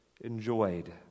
enjoyed